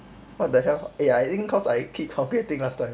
what the hell eh I think cause I keep calculating last time